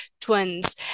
twins